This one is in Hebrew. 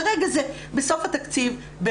כרגע זה בסוף התקציב,